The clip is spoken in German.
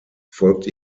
folgt